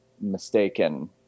mistaken